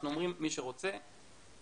אנחנו אומרים למי שרוצה שיבוא.